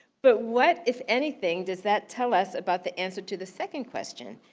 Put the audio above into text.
but what, if anything, does that tell us about the answer to the second question?